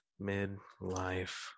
midlife